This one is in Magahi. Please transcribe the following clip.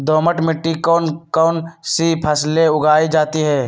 दोमट मिट्टी कौन कौन सी फसलें उगाई जाती है?